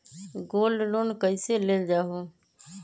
Gold loan कईसे लेल जाहु?